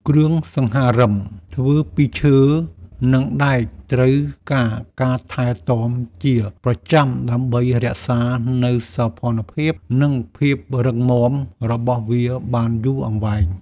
គ្រឿងសង្ហារឹមធ្វើពីឈើ និងដែកត្រូវការការថែទាំជាប្រចាំ ដើម្បីរក្សានូវសោភ័ណភាព និងភាពរឹងមាំរបស់វាបានយូរអង្វែង។